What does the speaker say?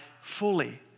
fully